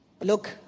look